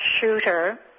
shooter